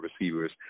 receivers